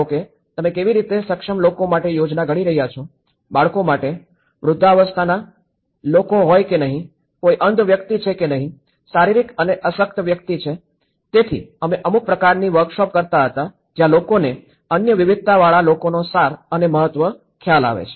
તમે કેવી રીતે સક્ષમ લોકો માટે યોજના ઘડી રહ્યા છો બાળકો માટે વૃદ્ધાવસ્થાના લોકો હોય કે નહીં કોઈ અંધ વ્યક્તિ છે કે નહીં શારીરિક રીતે અશક્ત વ્યક્તિ છે તેથી અમે અમુક પ્રકારની વર્કશોપ કરતા હતા જ્યાં લોકોને અન્ય વિવિધતાવાળા લોકોનો સાર અને મહત્વ ખ્યાલ આવે છે